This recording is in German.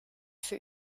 für